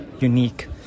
unique